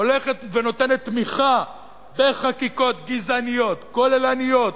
הולכת ונותנת תמיכה בחקיקות גזעניות, כוללניות,